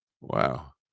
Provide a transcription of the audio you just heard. Wow